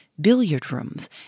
billiard-rooms